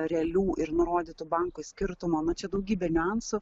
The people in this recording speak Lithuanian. realių ir nurodytų bankui skirtumo na čia daugybė niuansų